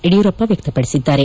ಯಡಿಯೂರಪ್ಪ ವ್ಯಕ್ತಪಡಿಸಿದ್ದಾರೆ